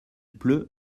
pleut